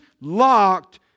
locked